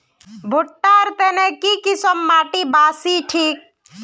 भुट्टा र तने की किसम माटी बासी ठिक?